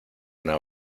una